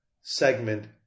segment